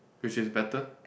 which is better